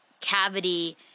cavity